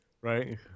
Right